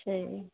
সেই